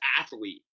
athlete